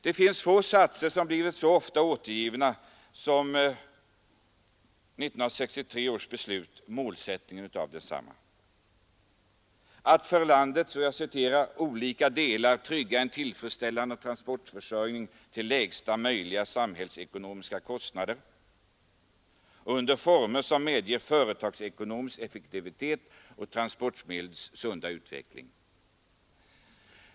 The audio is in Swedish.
Det är få satser som blivit så ofta återgivna som de som anger målsättningen för trafikpolitiken enligt 1963 års beslut. Målet skall vara att för landets olika delar trygga en tillfredsst ällande transportförsörjning till lägsta möjliga samhällsekonomiska kostnader och att göra detta under former som medger företagsekonomisk effektivitet och transportmedlens sunda utveckling.